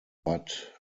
but